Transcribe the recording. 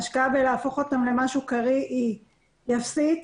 ההשקעה בהפיכתם למשהו קריא, היא אפסית.